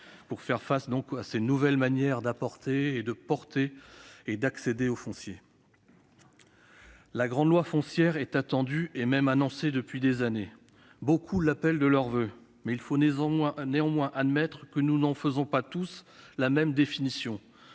pour faire face aux nouvelles manières d'accéder au foncier. Une grande loi foncière est attendue, et même annoncée, depuis des années. Beaucoup l'appellent de leurs voeux. Il faut néanmoins admettre que nous n'en avons pas tous la même définition.